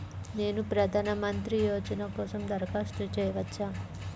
నేను ప్రధాన మంత్రి యోజన కోసం దరఖాస్తు చేయవచ్చా?